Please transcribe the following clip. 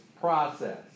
process